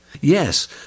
Yes